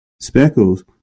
speckles